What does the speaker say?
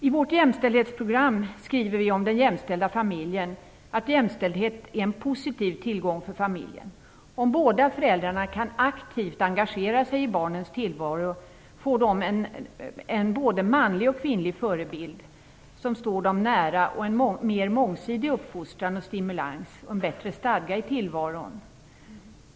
I vårt jämställdhetsprogram skriver vi om den jämställda familjen att jämställdhet är en positiv tillgång för familjen. Om båda föräldrarna aktivt kan engagera sig i barnens tillvaro får de en både manlig och kvinnlig förebild som står dem nära samt en mer mångsidig uppfostran och stimulans och en bättre stadga i tillvaron.